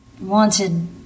wanted